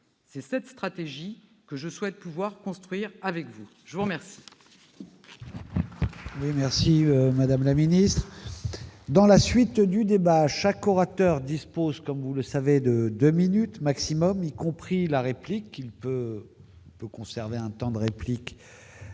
C'est cette stratégie que je souhaite pouvoir construire avec vous ! Je rappelle